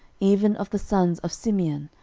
even of the sons of simeon,